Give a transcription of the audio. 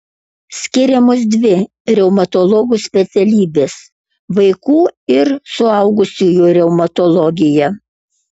skiriamos dvi reumatologų specialybės vaikų ir suaugusiųjų reumatologija